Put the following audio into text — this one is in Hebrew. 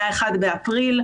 מה-1 באפריל,